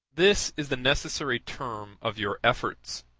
this is the necessary term of your efforts